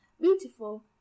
beautiful